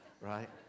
right